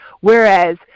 Whereas